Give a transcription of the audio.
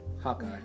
Hawkeye